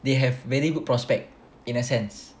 they have very good prospect in a sense